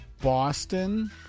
Boston